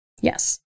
yes